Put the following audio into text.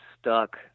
stuck